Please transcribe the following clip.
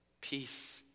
peace